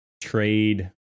trade